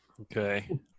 okay